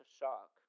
shock